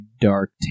dark